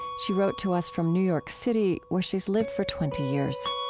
she wrote to us from new york city where she's lived for twenty years